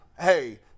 Hey